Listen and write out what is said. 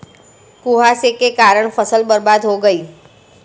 कुहासे के कारण फसल बर्बाद हो गयी